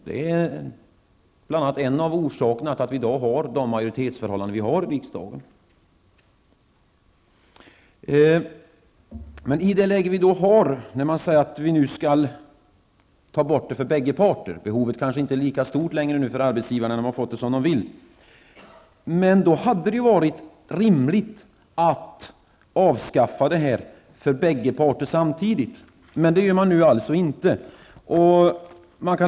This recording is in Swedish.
Det är bl.a. en av orsakerna till att vi i dag har de nuvarande majoritetsförhållandena i riksdagen. Men när man i nuvarande läge säger att denna rätt skall tas bort för bägge parter -- behovet är kanske inte lika stort för arbetsgivarna nu när de har fått det som de vill -- hade det varit rimligt att avskaffa den för bägge parter samtidigt. Men det gör man inte.